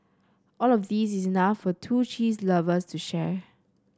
all of these is enough for two cheese lovers to share